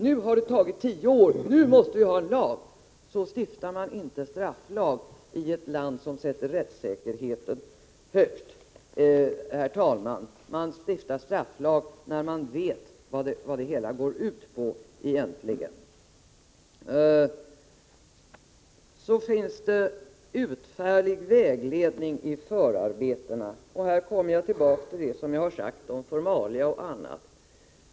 Nu har det tagit tio år, nu måste vi ha en lag — så stiftar man inte strafflag i ett land som sätter rättssäkerheten högt. Man stiftar strafflag när man vet vad det hela egentligen går ut på. Så finns det utförlig vägledning i förarbetena, säger Arne Nygren. Här kommer jag tillbaka till det som jag har sagt om formalia och annat.